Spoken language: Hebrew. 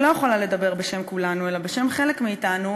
אני לא יכולה לדבר בשם כולנו אלא בשם חלק מאתנו,